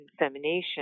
insemination